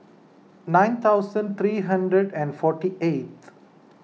nine thousand three hundred and forty eighth